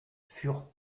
furent